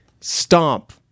stomp